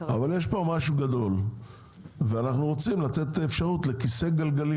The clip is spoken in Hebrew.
משהו גדול ואנחנו רוצים לתת לכיסא גלגלים,